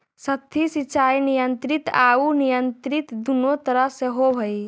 सतही सिंचाई नियंत्रित आउ अनियंत्रित दुनों तरह से होवऽ हइ